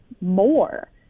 more